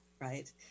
right